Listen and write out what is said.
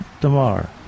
tomorrow